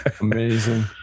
Amazing